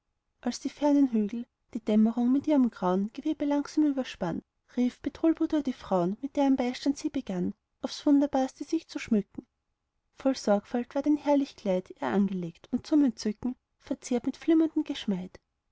als die fernen hügel die dämmerung mit ihrem grauen gewebe langsam überspann rief bedrulbudur ihre frauen mit deren beistand sie begann aufs wunderbarste sich zu schmücken voll sorgfalt ward ein herrlich kleid ihr angelegt und zum entzücken verziert mit flimmerndem geschmeid